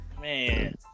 Man